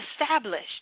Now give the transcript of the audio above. established